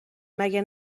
مگه